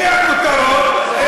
מי בכותרות?